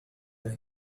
that